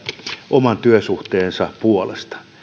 oman työsuhteensa puolesta